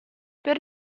per